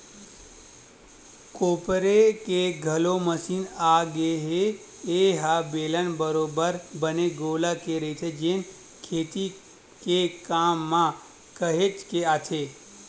कोपरे के घलोक मसीन आगे ए ह बेलन बरोबर बने गोल के रहिथे जेन खेती के काम म काहेच के आथे